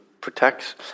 protects